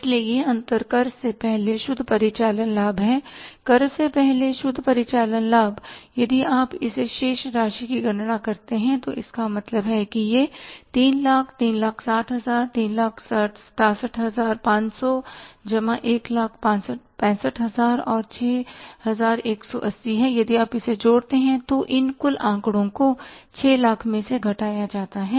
इसलिए यह अंतर कर से पहले शुद्ध परिचालन लाभ है कर से पहले शुद्ध परिचालन लाभ यदि आप इस शेष राशि की गणना करते हैं तो इसका मतलब है कि यह 300000 360000 367500 जमा 165000 और 6180 है यदि आप इसे जोड़ते हैं तो इन कुल आंकड़ों को 600000 मैं से घटाया जाता है